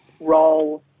role